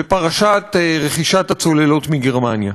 בפרשת רכישת הצוללות מגרמניה.